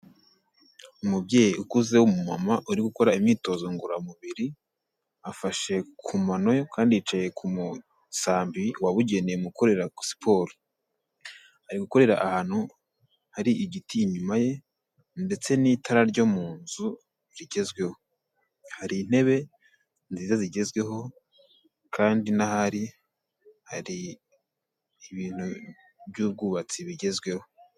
Umubyeyi ukuze w'umumama uri gukora imyitozo ngororamubiri, afashe ku mano kandi yicaye ku musambi wabugenewe mu gukorera siporo. Ari gukorera ahantu hari igiti inyuma ye ndetse n'itara ryo mu nzu rigezweho. Hari intebe nziza zigezweho kandi n'aho ari, hari ibintu by'ubwubatsi bigezweho.